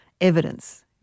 evidence